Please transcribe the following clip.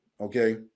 Okay